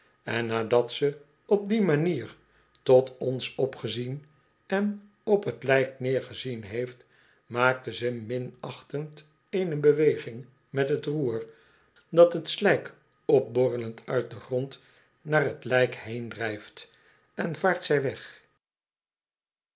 en nadat ze op die manier tot ons opgezien en op t lijk neergezien heeft maakt ze minachtend eene beweging met het roer dat het sl'jjk opborrelend uit den grond naar t lijk heendrijft en vaart zij weg